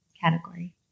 category